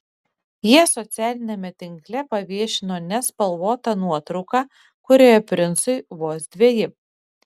jie socialiniame tinkle paviešino nespalvotą nuotrauką kurioje princui vos dveji